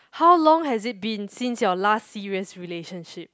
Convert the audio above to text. how long has it been since your last serious relationship